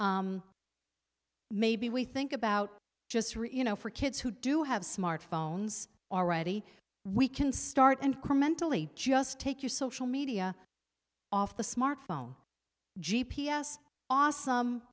maybe we think about just you know for kids who do have smartphones already we can start and mentally just take your social media off the smartphone g p s awesome